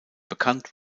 bekannt